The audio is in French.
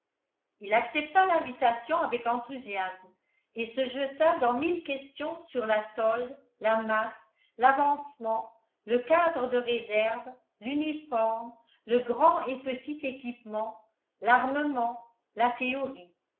il accepta l'invitation avec enthousiasme et se jeta dans mille questions sur la solde la masse l'avancement le cadre de réserve l'uniforme le grand et petit équipement l'armement la théorie